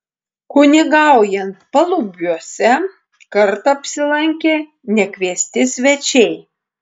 kunigaujant palubiuose kartą apsilankė nekviesti svečiai